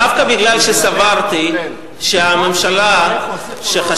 דווקא מכיוון שסברתי שהממשלה של ציפי לבני,